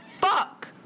fuck